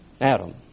Adam